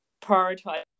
prioritize